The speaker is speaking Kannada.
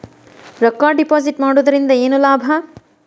ರೊಕ್ಕ ಡಿಪಾಸಿಟ್ ಮಾಡುವುದರಿಂದ ಏನ್ ಲಾಭ?